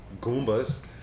goombas